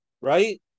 Right